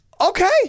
Okay